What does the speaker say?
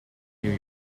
new